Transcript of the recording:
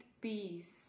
peace